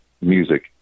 music